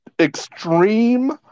extreme